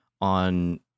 on